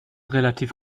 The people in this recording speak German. relativ